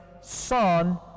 son